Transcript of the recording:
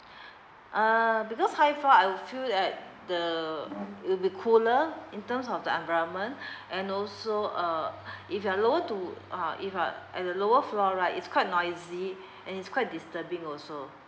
uh because higher floor I will feel that the it'll be cooler in terms of the environment and also uh if you are lower to uh if are at the lower floor right it's quite noisy and it's quite disturbing also